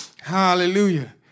Hallelujah